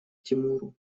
тимуру